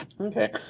Okay